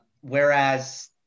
Whereas